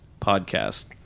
Podcast